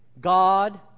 God